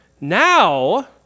Now